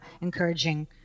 encouraging